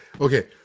Okay